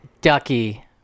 Ducky